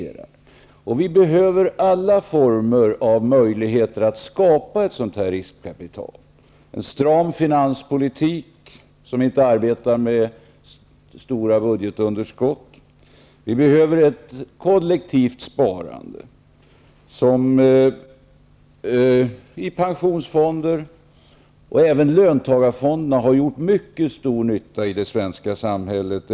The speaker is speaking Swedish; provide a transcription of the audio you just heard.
Vi behöver alla former av möjligheter att skapa ett sådant riskkapital. Vi behöver en stram finanspolitik som inte arbetar med stora budgetunderskott. Vi behöver ett kollektivt sparande som i pensionsfonder. Även löntagarfonderna har gjort mycket stor nytta i det svenska samhället.